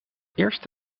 eerst